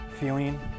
feeling